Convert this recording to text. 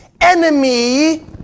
enemy